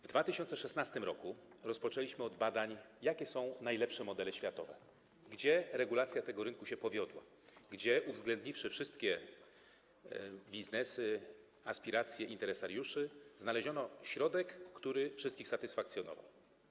W 2016 r. rozpoczęliśmy od badań w zakresie tego, jakie są najlepsze modele światowe, gdzie regulacja tego rynku się powiodła, gdzie, uwzględniwszy wszystkie biznesy, aspiracje interesariuszy, znaleziono środek, który wszystkich satysfakcjonował.